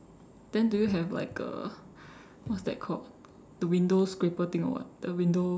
then do you have like a what's that called the window scraper thing or what the window